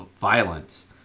Violence